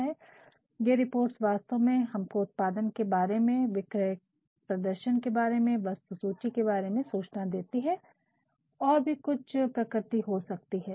और ये रिपोर्ट्स वास्तव में हमको उत्पादन के बारे में विक्रय प्रदर्शन के बारे में वस्तुसूची के बारे में सूचना देती है और भी कुछ प्रकृति भी हो सकती है